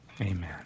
Amen